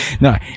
No